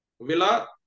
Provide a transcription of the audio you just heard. Villa